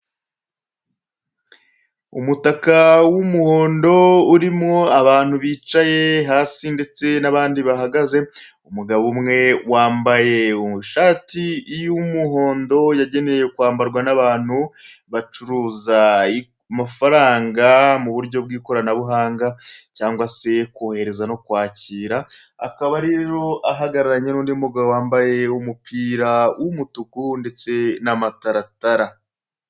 Umutaka w'umuhondo, urimo abantu bicaye hasi n'abandi bahagaze, umugabo umwe wambaye ishati y'umuhondo, yagenewe kwambara abantu bacuruza amafaranga mu buryo bw'ikorana buhanga cyangwa se kohereza no kwakira, akaba rero ahagararanye n'undi mugabo wambaye umupira w'umutuku ndetse n'amataratara.